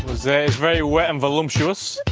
very very wet and volumptuous.